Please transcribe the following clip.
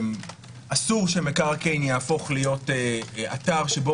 אסור שמקרקעין יהפוך להיות אתר שבו